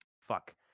fuck